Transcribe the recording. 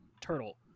turtle